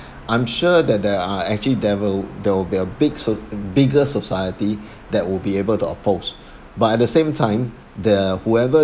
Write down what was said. I'm sure that there are actually there will there will be a big so~ bigger society that we'll be able to oppose but at the same time the whoever